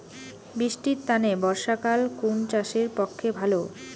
বৃষ্টির তানে বর্ষাকাল কুন চাষের পক্ষে ভালো?